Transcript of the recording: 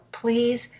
please